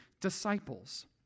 disciples